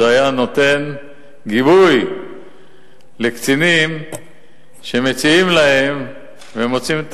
זה היה נותן גיבוי לקצינים שמציעים להם ומוצאים את